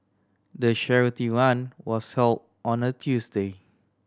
the charity run was held on a Tuesday